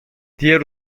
diğer